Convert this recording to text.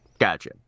Gotcha